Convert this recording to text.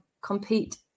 compete